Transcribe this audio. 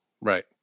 Right